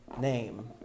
name